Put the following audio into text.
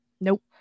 Nope